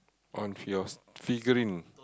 on yours figurine